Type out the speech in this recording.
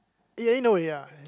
ya you know ya